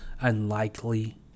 unlikely